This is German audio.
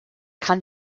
kann